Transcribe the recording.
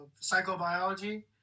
psychobiology